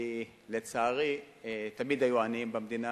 לצערי תמיד היו עניים במדינה